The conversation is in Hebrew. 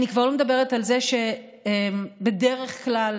ואני כבר לא מדברת על זה שבדרך כלל